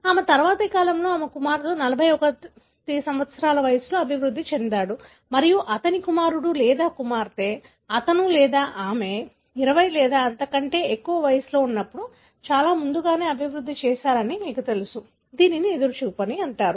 ఆమె తరువాతి తరంలో ఆమె కుమారుడు 41 సంవత్సరాల వయస్సు లో అభివృద్ధి చెందాడు మరియు అతని కుమారుడు లేదా కుమార్తె అతను లేదా ఆమె 20 లేదా అంతకంటే ఎక్కువ వయస్సులో ఉన్నప్పుడు చాలా ముందుగానే అభివృద్ధి చేశారని మీకు తెలుసు దీనిని ఎదురుచూపు అంటారు